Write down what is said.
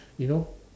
you know